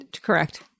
Correct